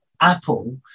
Apple